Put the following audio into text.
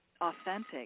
authentic